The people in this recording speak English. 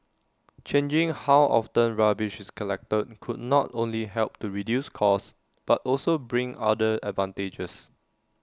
changing how often rubbish is collected could not only help to reduce costs but also bring other advantages